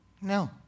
No